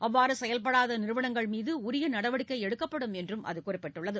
அவ்வாறு செயல்படாத நிறுவனங்கள் மீது உரிய நடவடிக்கை எடுக்கப்படும் என்று அது கூறியுள்ளது